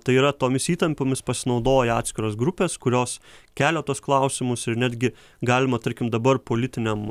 tai yra tomis įtampomis pasinaudoja atskiros grupės kurios kelia tuos klausimus ir netgi galima tarkim dabar politiniam